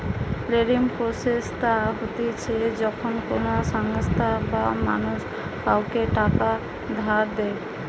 lending process তা হতিছে যখন কোনো সংস্থা বা মানুষ কাওকে টাকা ধার দেয়